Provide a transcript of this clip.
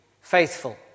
faithful